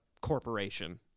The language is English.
corporation